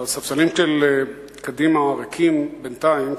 הספסלים של קדימה ריקים בינתיים,